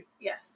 Yes